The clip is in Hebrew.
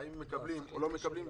האם מקבלים או לא מקבלים?